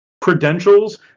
credentials